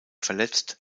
verletzt